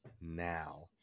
now